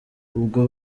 ubwo